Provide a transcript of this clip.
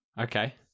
Okay